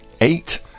Eight